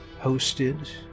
hosted